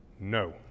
No